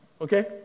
Okay